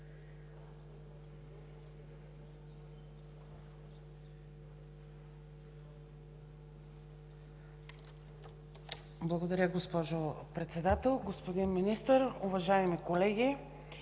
Благодаря, госпожо Председател. Господин Министър, уважаеми колеги!